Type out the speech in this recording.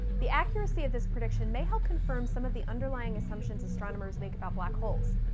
the accuracy of this prediction may help confirm some of the underlying assumptions astronomers make about black holes,